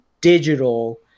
digital